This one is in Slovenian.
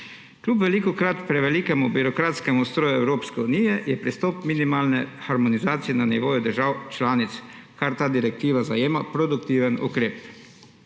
Kljub velikokrat prevelikemu birokratskemu stroju Evropske unije je pristop minimalne harmonizacije na nivoju držav članic, kar ta direktiva zajema, produktiven ukrep.